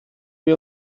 wir